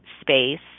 space